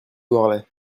morlaix